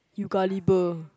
you gullible